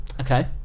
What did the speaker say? Okay